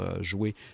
jouer